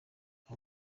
aba